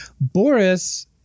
Boris